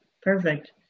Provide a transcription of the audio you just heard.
Perfect